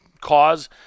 cause